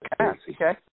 okay